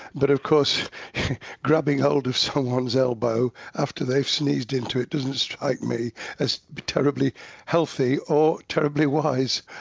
but of course grabbing hold of someone's elbow after they've sneezed into it, doesn't strike me as terribly healthy or terribly wise.